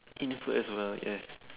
in food as well yes